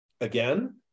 again